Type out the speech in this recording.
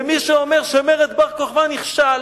ומי שאומר שמרד בר-כוכבא נכשל